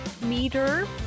meter